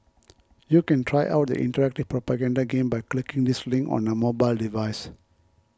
you can try out the interactive propaganda game by clicking this link on a mobile device